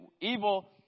evil